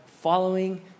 following